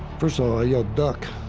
first of all, i yelled, duck,